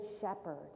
shepherd